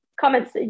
comments